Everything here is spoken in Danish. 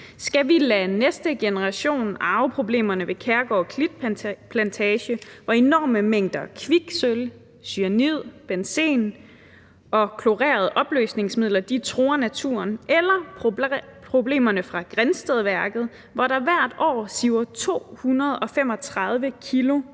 Skal vi lade næste generation arve problemerne ved Kærgård Klitplantage, hvor enorme mængder kviksølv, cyanid, benzen og klorerede opløsningsmidler truer naturen, eller problemerne fra Grindstedværket, hvor der hvert år siver 235 kg